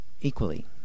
equally